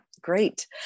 great